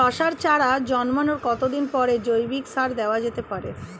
শশার চারা জন্মানোর কতদিন পরে জৈবিক সার দেওয়া যেতে পারে?